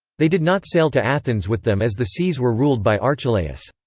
they did not sail to athens with them as the seas were ruled by archelaus.